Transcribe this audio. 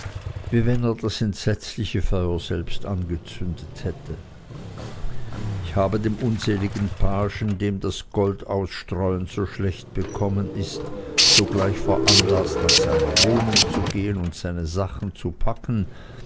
wie wenn er das entsetzliche feuer selber angezündet hätte ich habe den unseligen pagen dem das goldausstreuen so schlecht bekommen ist sogleich veranlaßt nach seiner wohnung zu gehen und seine sachen zu packen